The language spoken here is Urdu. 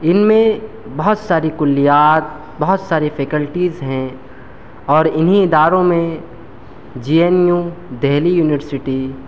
ان میں بہت ساری کلیات بہت ساری فیکلٹیز ہیں اور انہیں اداروں میں J N U Delhi university